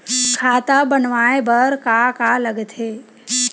खाता बनवाय बर का का लगथे?